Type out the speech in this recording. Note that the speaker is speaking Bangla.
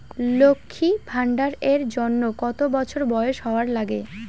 লক্ষী ভান্ডার এর জন্যে কতো বছর বয়স হওয়া লাগে?